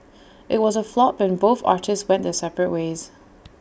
IT was A flop and both artists went their separate ways